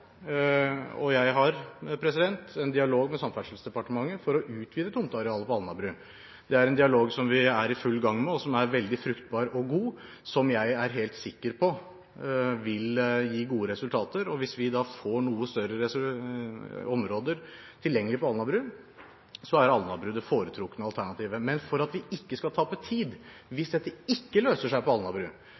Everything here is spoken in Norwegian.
en dialog med Samferdselsdepartementet om å utvide tomtearealet på Alnabru. Det er en dialog som vi er i full gang med, som er veldig fruktbar og god, og som jeg er helt sikker på vil gi gode resultater. Hvis vi får noe større områder tilgjengelig på Alnabru, er Alnabru det foretrukne alternativet. Men for at vi ikke skal tape tid hvis dette ikke løser seg på Alnabru,